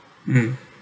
mm